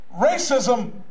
racism